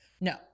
no